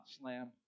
slam